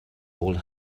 old